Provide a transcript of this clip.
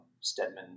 Stedman